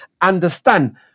understand